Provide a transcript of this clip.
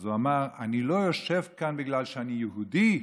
אז הוא אמר: אני לא יושב כאן בגלל שאני יהודי,